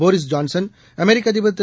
Boris Johnson அமெரிக்கஅதிபர்திரு